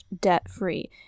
debt-free